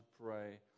pray